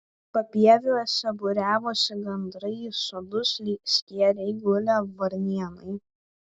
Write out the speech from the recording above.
papieviuose būriavosi gandrai į sodus lyg skėriai gulė varnėnai